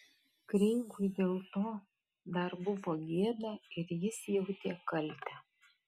kreigui dėl to dar buvo gėda ir jis jautė kaltę